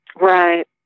Right